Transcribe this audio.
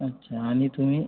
अच्छा आणि तुम्ही